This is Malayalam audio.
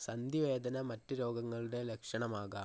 സന്ധി വേദന മറ്റ് രോഗങ്ങളുടെ ലക്ഷണമാകാം